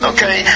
Okay